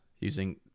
using